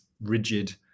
rigid